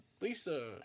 Lisa